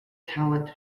talent